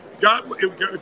God